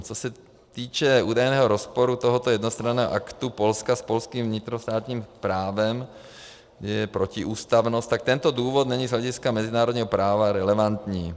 Co se týče údajného rozporu tohoto jednostranného aktu Polska s polským vnitrostátním právem, je protiústavnost, tak tento důvod není z hlediska mezinárodního práva relevantní.